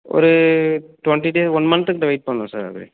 ஒரு twenty day one month கிட்ட wait பண்ணணும் சார் அது